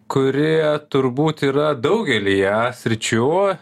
kuri turbūt yra daugelyje sričių